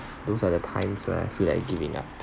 those are the times when I feel like giving up